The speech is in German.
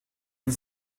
und